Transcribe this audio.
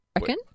reckon